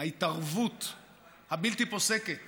ההתערבות הבלתי-פוסקת